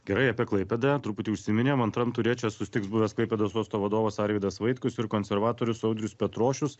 gerai apie klaipėdą truputį užsiminėm antram ture čia susitiks buvęs klaipėdos uosto vadovas arvydas vaitkus ir konservatorius audrius petrošius